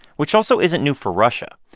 which also isn't new for russia.